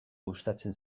gustatzen